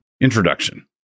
Introduction